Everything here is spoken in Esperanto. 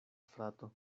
frato